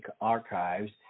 archives